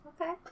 Okay